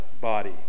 body